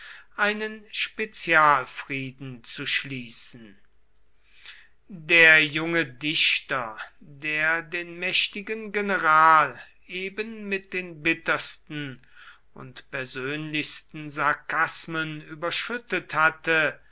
einen spezialfrieden zu schließen der junge dichter der den mächtigen general eben mit den bittersten und persönlichsten sarkasmen überschüttet hatte